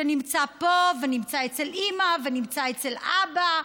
שנמצא פה, נמצא אצל אימא ונמצא אצל אבא,